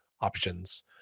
options